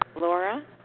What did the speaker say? Laura